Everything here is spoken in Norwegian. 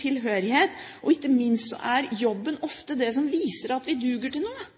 tilhørighet. Ikke minst er jobben ofte den som viser at vi duger til noe.